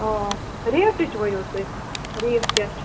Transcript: آ ریٹٕچ ؤنِو تُہۍ ریٹ کیٛاہ چھِ